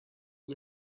gli